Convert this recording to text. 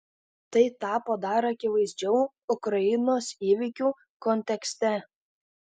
tai tapo dar akivaizdžiau ukrainos įvykių kontekste